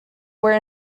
were